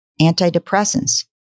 Antidepressants